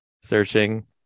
searching